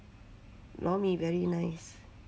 lor mee very nice